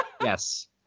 Yes